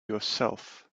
yourself